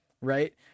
Right